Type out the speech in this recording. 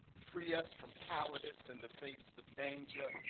free us from cowardice in the face of danger,